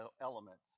elements